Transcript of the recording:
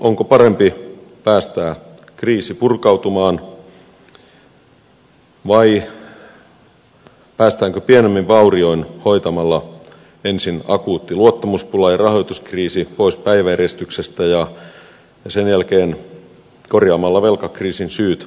onko parempi päästää kriisi purkautumaan vai päästäänkö pienemmin vaurioin hoitamalla ensin akuutti luottamuspula ja rahoituskriisi pois päiväjärjestyksestä ja sen jälkeen korjaamalla velkakriisin syyt hallitusti